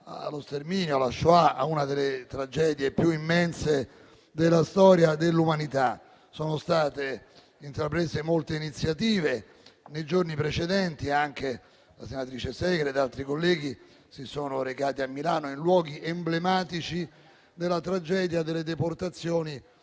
lo sterminio, una delle tragedie più immense della storia dell'umanità. Sono state intraprese molte iniziative. Nei giorni precedenti, la senatrice Segre ed altri colleghi si sono recati a Milano, in luoghi emblematici della tragedia delle deportazioni,